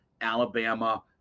Alabama